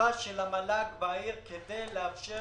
שלוחה של המועצה להשכלה בעיר כדי לאפשר